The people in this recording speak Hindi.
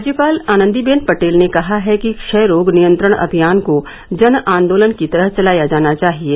राज्यपाल आनन्दीबेन पटेल ने कहा है कि क्षय रोग नियंत्रण अभियान को जन आन्दोलन की तरह चलाया जाना चाहिये